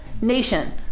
nation